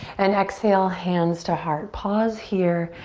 and exhale, hands to heart. pause here.